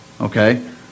okay